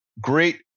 great